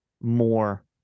more